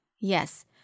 Yes